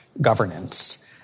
governance